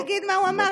אני אגיד מה הוא אמר,